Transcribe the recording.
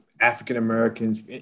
African-Americans